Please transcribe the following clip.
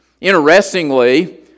interestingly